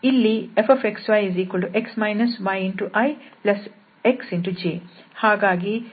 ಇಲ್ಲಿ Fxyx yixj ಹಾಗೂ x t ಮತ್ತು ysin t